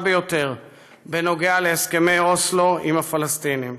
ביותר בנוגע להסכמי אוסלו עם הפלסטינים.